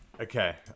Okay